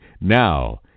Now